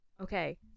okay